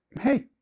hey